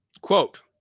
quote